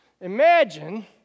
imagine